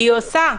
הן עושות,